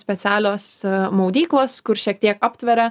specialios maudyklos kur šiek tiek aptveria